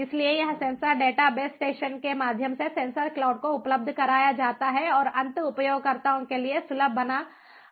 इसलिए यह sensor data base station के माध्यम से सेंसर क्लाउड को उपलब्ध कराया जाता है और अंत उपयोगकर्ताओं के लिए सुलभ बना दिया है